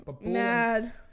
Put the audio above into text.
Mad